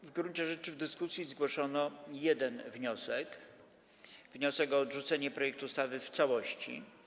W gruncie rzeczy w dyskusji zgłoszono jeden wniosek - wniosek o odrzucenie projektu ustawy w całości.